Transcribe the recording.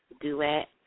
duet